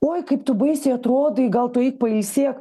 oi kaip tu baisiai atrodai gal tu eik pailsėk